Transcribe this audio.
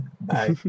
Bye